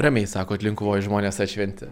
ramiai sakot linkuvoj žmonės atšventė